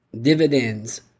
dividends